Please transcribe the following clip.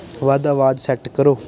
ਵੱਧ ਆਵਾਜ਼ ਸੈੱਟ ਕਰੋ